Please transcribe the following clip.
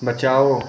बचाओ